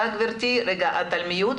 הדבר השני הוא שאלת לוח הזמנים.